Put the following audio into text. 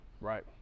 right